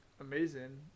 amazing